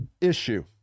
issue